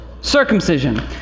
circumcision